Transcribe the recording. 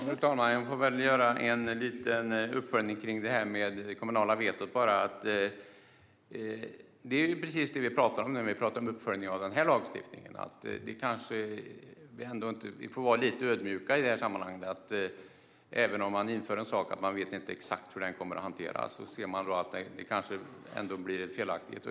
Fru talman! Jag får göra en liten uppföljning när det gäller det kommunala vetot. Det är precis det som vi talar om när vi talar om uppföljning av denna lagstiftning, nämligen att vi får vara lite ödmjuka i detta sammanhang. När man inför något vet man inte exakt hur det kommer att hanteras. Det kanske ändå blir fel.